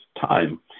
time